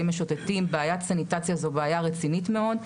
משוטטים ובעיית סניטציה זו בעיה רצינית מאוד.